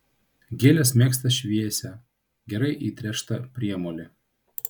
gėlės mėgsta šviesią gerai įtręštą priemolį